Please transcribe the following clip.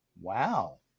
Wow